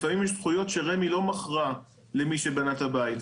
לפעמים יש זכויות שרמ"י לא מכרה למי שבנה את הבית.